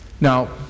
Now